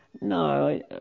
no